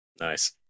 Nice